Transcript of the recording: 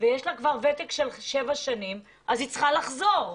ויש לה כבר ותק של שבע שנים ולכן היא צריכה לחזור למדינתה.